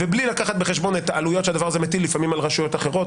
בלי לקחת בחשבון את העלויות שהדבר הזה מטיל לפעמים על רשויות אחרות,